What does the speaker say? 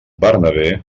bernabé